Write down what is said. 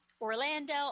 Orlando